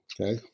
Okay